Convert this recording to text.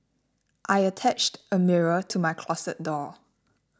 I attached a mirror to my closet door